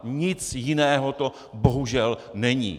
Nic jiného to bohužel není.